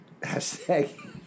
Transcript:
hashtag